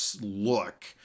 look